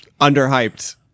Underhyped